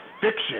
fiction